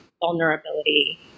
vulnerability